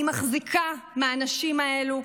אני מחזיקה מהנשים האלו.